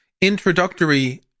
introductory